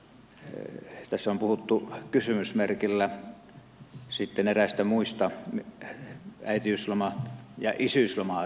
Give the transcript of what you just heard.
tässä on puhuttu kysymysmerkillä sitten äitiysloma ja isyysloma asiasta